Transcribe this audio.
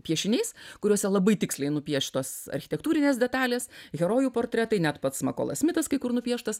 piešiniais kuriuose labai tiksliai nupieštos architektūrinės detalės herojų portretai net pats makolas smitas kai kur nupieštas